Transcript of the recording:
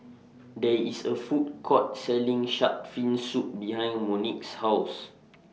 There IS A Food Court Selling Shark's Fin Soup behind Monique's House